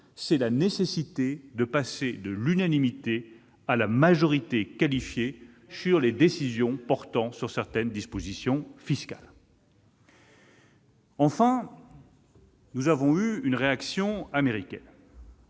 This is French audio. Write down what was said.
bien la nécessité de passer de l'unanimité à la majorité qualifiée pour les décisions portant sur certaines dispositions fiscales. Bien sûr ! Enfin, nous sommes face à une réaction américaine.